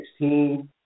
2016